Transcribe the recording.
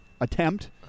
attempt